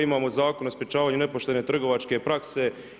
Imamo Zakon o sprječavanju nepoštene trgovačke prase.